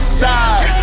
side